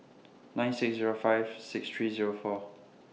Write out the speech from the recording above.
nine six Zero five six three Zero four